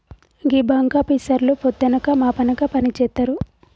గీ బాంకాపీసర్లు పొద్దనక మాపనక పనిజేత్తరు